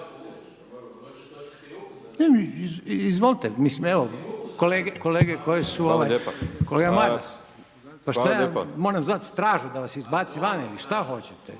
izvolite, mislim evo, kolege koje su, kolega Maras, pa šta je moram zvati stražu da vas izbaci van ili šta hoćete?